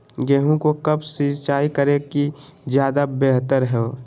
गेंहू को कब सिंचाई करे कि ज्यादा व्यहतर हो?